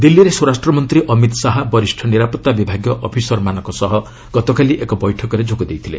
ଦିଲ୍କୀରେ ସ୍ୱରାଷ୍ଟ୍ରମନ୍ତ୍ରୀ ଅମିତ ଶାହା ବରିଷ୍ଣ ନିରାପତ୍ତା ବିଭାଗୀୟ ଅଫିସରମାନଙ୍କ ସହ ଗତକାଲି ଏକ ବୈଠକରେ ଯୋଗଦେଇଥିଲେ